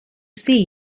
see